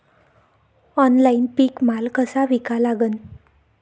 Online पीक माल कसा विका लागन?